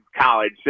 college